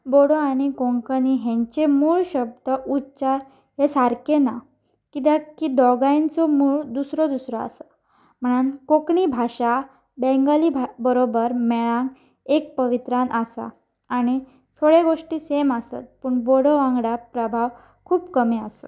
बोडो आनी कोंकणी हेंचे मूळ शब्द उच्चार हें सारकें ना कित्याक की दोगांयचो मूळ दुसरो दुसरो आसा म्हणन कोंकणी भाशा बँंगली बरोबर मेळांक एक पवित्रान आसा आनी थोड्यो गोश्टी सेम आसत पूण बोडो वांगडा प्रभाव खूब कमी आसा